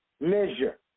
measure